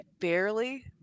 barely